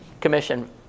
Commission